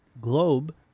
globe